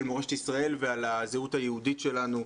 מורשת ישראל ועל הזהות היהודית שלנו.